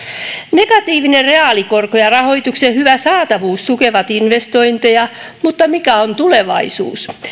negatiivinen reaalikorko ja rahoituksen hyvä saatavuus tukevat investointeja mutta mikä on tulevaisuus